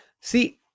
See